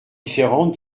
différente